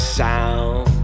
sound